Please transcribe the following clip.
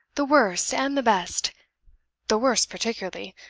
the worst, and the best the worst particularly.